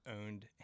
owned